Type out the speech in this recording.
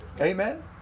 Amen